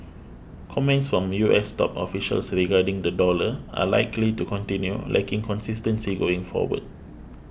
comments from U S top officials regarding the dollar are likely to continue lacking consistency going forward